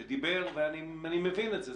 שדיבר ואני מבין את זה,